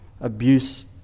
abuse